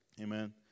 Amen